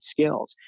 skills